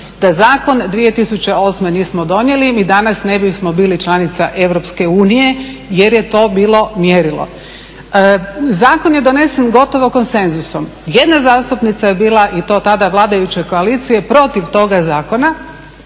zakon 2008. nismo donijeli mi danas ne bismo bili članica EU jer je to bilo mjerilo. Zakon je donesen gotovo konsenzusom. Jedna zastupnica je bila, i to tada vladajuće koalicije, protiv toga zakona